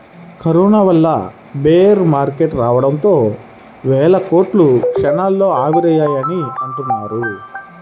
corona వల్ల bear market రావడంతో వేల కోట్లు క్షణాల్లో ఆవిరయ్యాయని అంటున్నారు